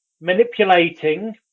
manipulating